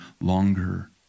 longer